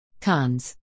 Cons